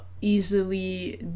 easily